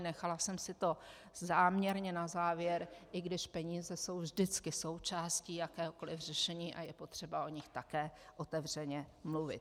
Nechala jsem si to záměrně na závěr, i když peníze jsou vždycky součástí jakéhokoliv řešení a je potřeba o nich také otevřeně mluvit.